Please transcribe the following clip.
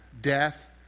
death